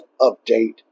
update